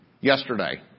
yesterday